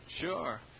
Sure